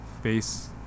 face